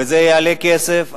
וזה יעלה כסף,